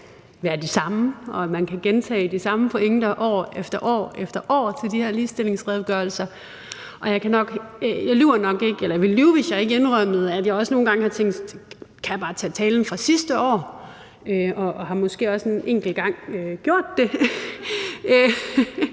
at man kan gentage de samme pointer år efter år til de her ligestillingsredegørelser, og jeg ville lyve, hvis jeg ikke indrømmede, at jeg også nogle gange har tænkt, at jeg bare kan tage talen fra sidste år, og måske også en enkelt gang har gjort det,